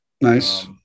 Nice